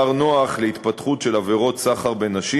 כר נוח להתפתחות של עבירות סחר בנשים